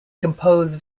compose